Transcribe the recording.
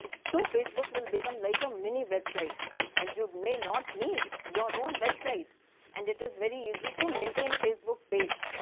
so facebook will become like a mini-website and you may not need your own website and it is very easy to maintain facebook page.